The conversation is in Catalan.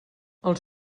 els